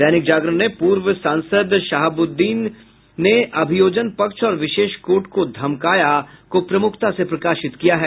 दैनिक जागरण ने पूर्व सांसद शहाबुद्दीन ने अभियोजन पक्ष और विशेष कोर्ट को धमकाया को प्रमुखता से प्रकाशित किया है